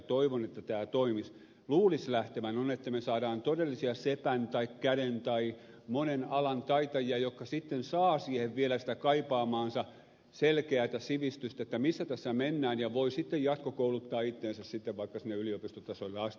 toivon että tämä toimisi luulisi lähtevän että me saamme todellisia sepän tai käden tai monen alan taitajia jotka sitten saavat siihen vielä sitä kaipaamaansa selkeätä sivistystä missä tässä mennään ja voivat sitten jatkokouluttaa itseänsä vaikka sinne yliopistotasolle asti